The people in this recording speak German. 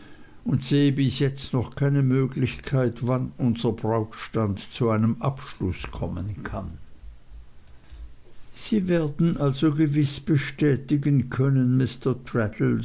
und sehe bis jetzt noch keine möglichkeit wann unser brautstand zu einem abschluß kommen kann sie werden also gewiß bestätigen können